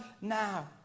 now